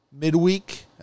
Midweek